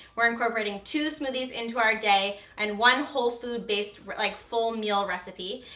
we're incorporating two smoothies into our day and one whole food based, like full meal recipe,